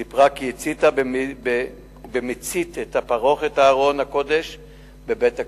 היא סיפרה כי הציתה במצית את פרוכת ארון הקודש בבית-הכנסת.